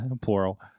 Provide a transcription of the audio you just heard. plural